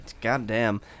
goddamn